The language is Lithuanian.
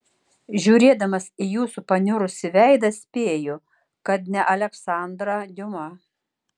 žiūrėdamas į jūsų paniurusį veidą spėju kad ne aleksandrą diuma